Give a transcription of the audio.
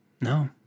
No